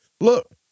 Look